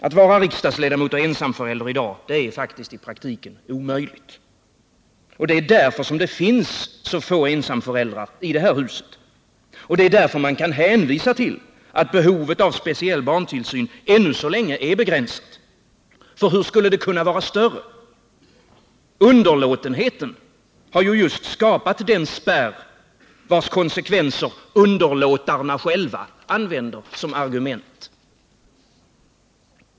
Att vara riksdagsledamot och ensamförälder är i dag faktiskt i praktiken omöjligt. Det är därför som det finns så få ensamföräldrar här i huset. Därför kan man också hänvisa till att behovet av speciell barntillsyn ännu så länge är begränsat. Hur skulle det kunna vara större? Underlåtenheten har just skapat den spärr vars konsekvenser underlåtarna själva använder som argument.